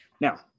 Now